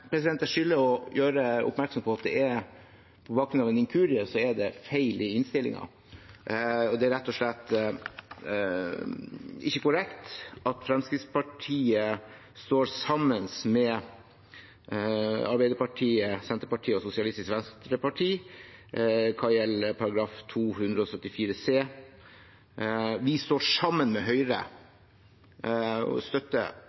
Jeg skylder å gjøre oppmerksom på at det er en feil i innstillingen på bakgrunn av en inkurie. Det er rett og slett ikke korrekt at Fremskrittspartiet står sammen med Arbeiderpartiet, Senterpartiet og Sosialistisk Venstreparti hva gjelder § 274 c. Vi står sammen med Høyre